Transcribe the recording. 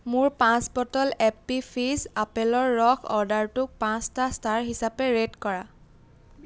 মোৰ পাঁচ bottle Appy Fizz আপেলৰ ৰস অৰ্ডাৰটোক পাঁচটা ষ্টাৰ হিচাপে ৰেট কৰা